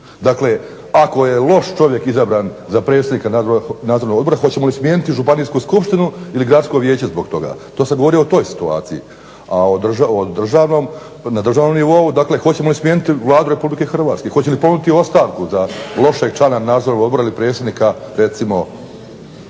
Dakle, ako je loš čovjek izabran za predsjednika nadzornog odbora hoćemo li smijeniti Županijsku skupštinu ili Gradsko vijeće zbog toga? To sam govorio o toj situaciji. A na državnom nivou, dakle hoćemo li smijeniti Vladu RH? Hoće li ponuditi ostavku za lošeg člana nadzornog odbora ili predsjednika recimo